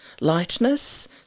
lightness